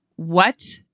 what?